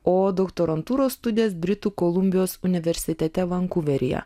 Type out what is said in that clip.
o doktorantūros studijas britų kolumbijos universitete vankuveryje